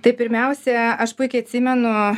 tai pirmiausia aš puikiai atsimenu